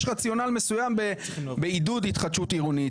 רציונל מסוים בעידוד התחדשות עירונית.